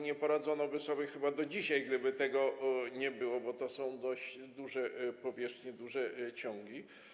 Nie poradzono by sobie z tą kwestią chyba do dzisiaj, gdyby tego nie było, bo to są dość duże powierzchnie, duże ciągi.